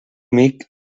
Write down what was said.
amic